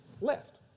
left